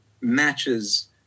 matches